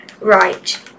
Right